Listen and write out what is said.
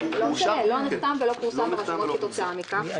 לא נחתם, ולא פורסם ברשומות כתוצאה מכך.